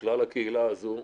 מכלל הקהילה הזו,